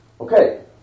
Okay